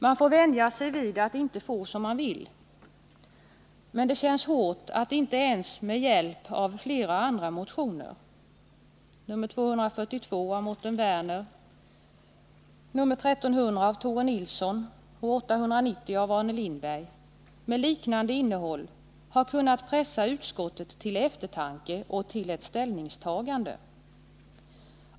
Man får vänja sig vid att inte få som man vill. Men det känns hårt att inte ens med hjälp av flera andra motioner — 242 av Mårten Werner, 1300 av Tore Nilsson, 890 av Arne Lindberg — med liknande innehåll ha kunnat pressa utskottet till eftertanke och till ett ställningstagande.